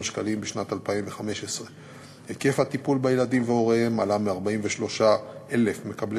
שקלים בשנת 2015. היקף הטיפול בילדים והוריהם עלה מ-43,000 מקבלי